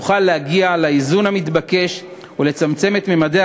נוכל להגיע לאיזון המתבקש ולצמצם את ממדי